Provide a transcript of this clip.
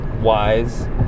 wise